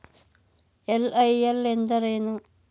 LIL ಎಂದರೇನು?